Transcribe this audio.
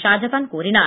ஷாஜகான் கூறினார்